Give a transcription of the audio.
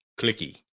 Clicky